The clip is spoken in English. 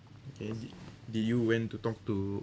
okay did did you went to talk to